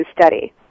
study